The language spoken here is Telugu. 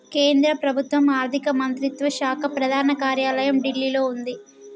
కేంద్ర ప్రభుత్వం ఆర్ధిక మంత్రిత్వ శాఖ ప్రధాన కార్యాలయం ఢిల్లీలో వుంది